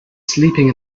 sleeping